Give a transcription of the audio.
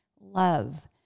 love